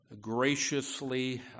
graciously